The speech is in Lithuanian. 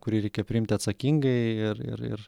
kurį reikia priimti atsakingai ir ir